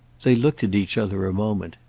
they looked at each other a moment.